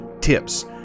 tips